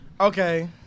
Okay